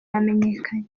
yamenyekanye